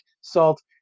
salt